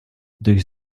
durch